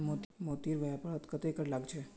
मोतीर व्यापारत कत्ते कर लाग छ